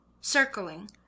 circling